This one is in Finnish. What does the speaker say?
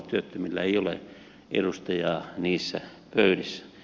työttömillä ei ole edustajaa niissä pöydissä